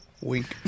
Wink